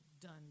done